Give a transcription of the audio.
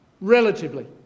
relatively